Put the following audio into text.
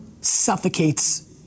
suffocates